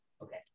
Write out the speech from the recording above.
Okay